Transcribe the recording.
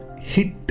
hit